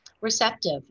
receptive